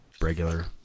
regular